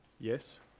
yes